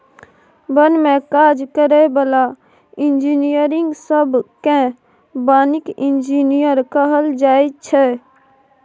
बन में काज करै बला इंजीनियरिंग सब केँ बानिकी इंजीनियर कहल जाइ छै